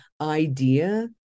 idea